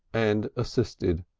and assisted.